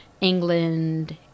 England